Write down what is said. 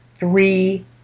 three